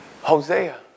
Hosea